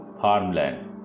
farmland